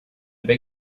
beg